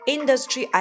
Industry